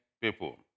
people